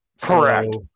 correct